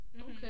okay